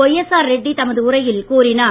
YSR Reddy தமது உரையில் கூறினார்